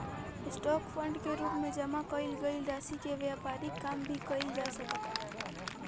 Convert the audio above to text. stock fund के रूप में जामा कईल गईल राशि से व्यापारिक काम भी कईल जा सकता